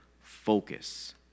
focus